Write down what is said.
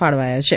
ફાળવાયા છે